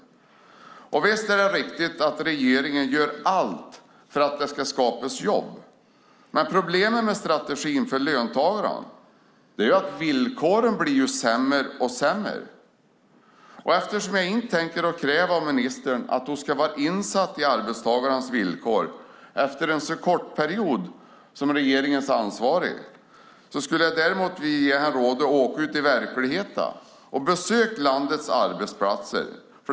Visst är det riktigt att regeringen gör allt för att det ska skapas jobb, men problemet för löntagarna med den strategin är att villkoren blir sämre och sämre. Eftersom jag inte tänker kräva av ministern att hon ska vara insatt i arbetstagarnas villkor efter en så kort period som regeringens ansvariga skulle jag vilja ge henne rådet att åka ut i verkligheten och besöka landets arbetsplatser.